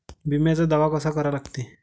बिम्याचा दावा कसा करा लागते?